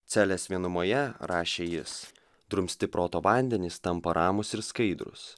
celės vienumoje rašė jis drumsti proto vandenys tampa ramūs ir skaidrūs